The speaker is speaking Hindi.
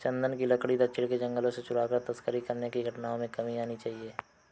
चन्दन की लकड़ी दक्षिण के जंगलों से चुराकर तस्करी करने की घटनाओं में कमी आनी चाहिए